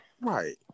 Right